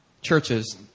churches